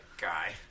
guy